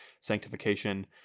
sanctification